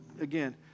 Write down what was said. Again